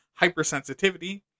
hypersensitivity